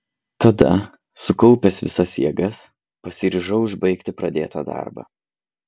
tada sukaupęs visas jėgas pasiryžau užbaigti pradėtą darbą